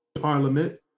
Parliament